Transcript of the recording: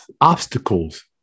obstacles